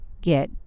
get